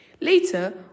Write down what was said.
Later